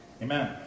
Amen